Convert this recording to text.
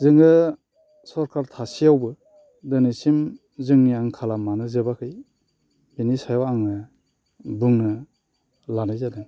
जोङो सोरखार थासेयावबो दिनैसिम जोंनि आंखाला मानो जोबाखै बेनि सायाव आङो बुंनो लानाय जादों